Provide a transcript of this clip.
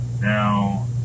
Now